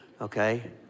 okay